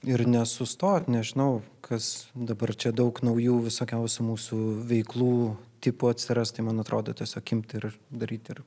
ir nesustot nežinau kas dabar čia daug naujų visokiausių mūsų veiklų tipų atsiras tai man atrodo tiesiog imt ir daryt ir